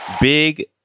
Big